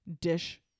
dish